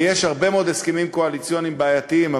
ויש הרבה מאוד הסכמים קואליציוניים בעייתיים,